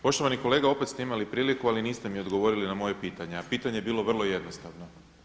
Poštovani kolega opet ste imali priliku, ali niste mi odgovorili na moje pitanje, a pitanje je bilo vrlo jednostavno.